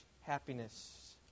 happiness